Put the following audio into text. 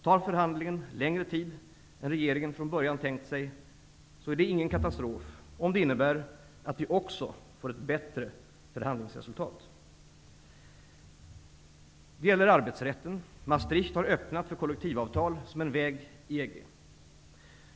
Tar förhandlingen längre tid än regeringen från början tänkt sig, är det ingen katastrof om det innebär att vi också får ett bättre förhandlingsresultat. Det gäller arbetsrätten. Maastricht har öppnat för kollektivavtal som en väg i EG.